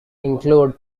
included